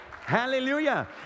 Hallelujah